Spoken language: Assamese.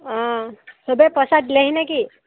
অঁ চবেই পইচা দিলেহি নেকি